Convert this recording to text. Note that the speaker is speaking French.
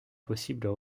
possibles